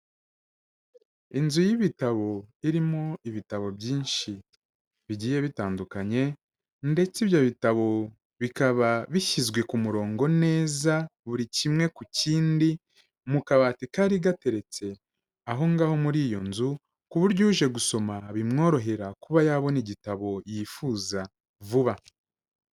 Inzu y'ibitabo irimo ibitabo byinshi bigiye bitandukanye ndetse ibyo bitabo bikaba bishyizwe ku murongo neza buri kimwe ku kindi, mu kabati kari gateretse aho ngaho muri iyo nzu, ku buryo yuje gusoma bimworohera kuba yabona igitabo yifuza vuba.